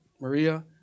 Maria